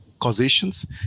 causations